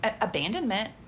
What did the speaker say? Abandonment